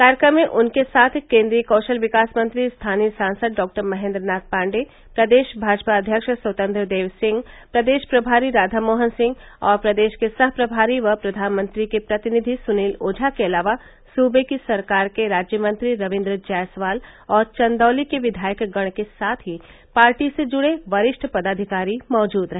कार्यक्रम उनके साथ केंद्रीय कौशल विकास मंत्री स्थानीय सांसद डॉ महेंद्र नाथ पांडेय प्रदेश भाजपा अध्यक्ष स्वतंत्र देव सिंह प्रदेश प्रभारी राधा मोहन सिंह और प्रदेश के सह प्रभारी व प्रधानमंत्री के प्रतिनिधि सनील ओझा के अलावा सुबे की सरकार के राज्यमंत्री रविंद्र जायसवाल और चंदौली के विधायक गण के साथ ही पार्टी से जुड़े वरिष्ठ पदाधिकारी मौजूद रहे